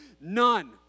None